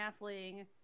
Halfling